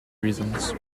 reasons